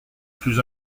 plus